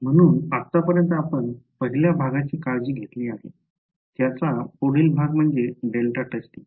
म्हणून आतापर्यंत आपण पहिल्या भागाची काळजी घेतली आहे त्याचा पुढील भाग म्हणजे डेल्टा टेस्टिंग